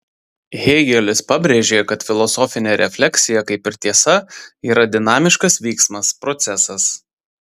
hėgelis pabrėžė kad filosofinė refleksija kaip ir tiesa yra dinamiškas vyksmas procesas